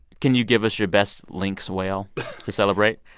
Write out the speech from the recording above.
can you give us your best lynx wail to celebrate?